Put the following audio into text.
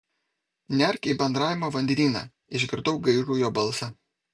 nerk į bendravimo vandenyną išgirdau gaižų jo balsą